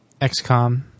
XCOM